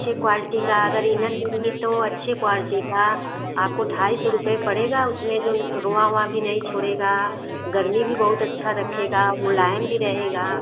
अच्छे क्वालटी की अगर इनर मिल गई तो अच्छी क्वालटी का आपको ढाई सौ रुपये पड़ेगा उसमेँ जो रूआँ वुआँ नहीं छोड़ेगा गर्मी भी बहुत अच्छा रखेगा मुलायम भी रहेगा